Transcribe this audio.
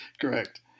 Correct